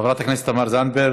חברת הכנסת תמר זנדברג,